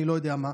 אני לא יודע מה.